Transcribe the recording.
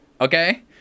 okay